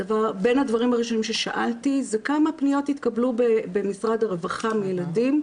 בין הדברים הראשונים ששאלתי זה כמה פניות התקבלו במשרד הרווחה מילדים,